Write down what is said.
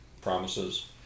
promises